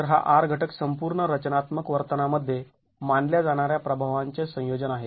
तर हा R घटक संपूर्ण रचनात्मक वर्तनामध्ये मानल्या जाणाऱ्या प्रभावांचे संयोजन आहे